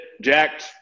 jacked